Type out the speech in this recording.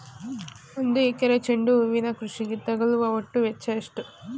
ಒಂದು ಎಕರೆ ಚೆಂಡು ಹೂವಿನ ಕೃಷಿಗೆ ತಗಲುವ ಒಟ್ಟು ವೆಚ್ಚ ಎಷ್ಟು?